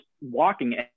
walking